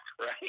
right